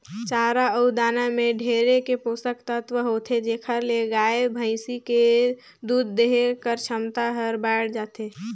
चारा अउ दाना में ढेरे के पोसक तत्व होथे जेखर ले गाय, भइसी के दूद देहे कर छमता हर बायड़ जाथे